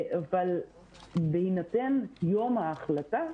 אבל בהינתן יום ההחלטה,